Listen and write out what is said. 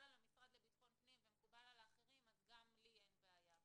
על המשרד לביטחון הפנים ומקובל על האחרים אז גם לי אין בעיה.